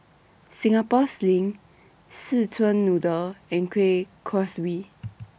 Singapore Sling Szechuan Noodle and Kueh Kaswi